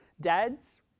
dads